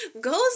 goes